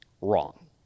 Wrong